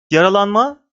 yaralanma